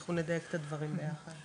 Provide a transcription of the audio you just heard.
ואנחנו נדייק את הדברים ביחד.